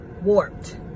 warped